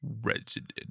Resident